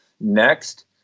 Next